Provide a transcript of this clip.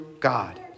God